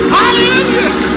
hallelujah